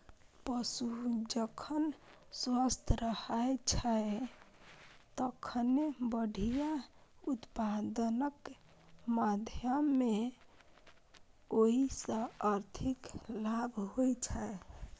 पशु जखन स्वस्थ रहै छै, तखने बढ़िया उत्पादनक माध्यमे ओइ सं आर्थिक लाभ होइ छै